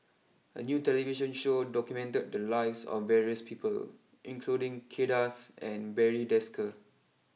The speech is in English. a new television show documented the lives of various people including Kay Das and Barry Desker